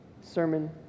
sermon